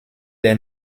les